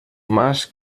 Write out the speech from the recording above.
más